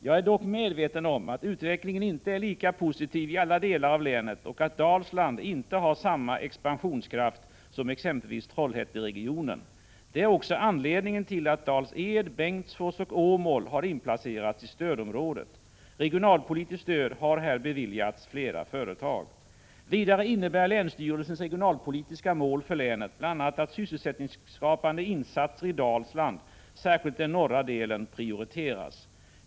Jag är dock medveten om att utvecklingen inte är lika positiv i alla delar av länet och att Dalsland inte har samma expansionskraft som exempelvis Trollhätteregionen. Det är också anledningen till att Dals-Ed, Bengtsfors och Åmål har inplacerats i stödområdet. Regionalpolitiskt stöd har här beviljats flera företag. Vidare innebär länsstyrelsens regionalpolitiska mål för länet bl.a. att sysselsättningsskapande insatser i Dalsland, särskilt den norra delen, prioriteras.